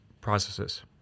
processes